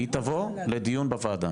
היא תבוא לדיון בוועדה.